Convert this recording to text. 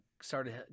started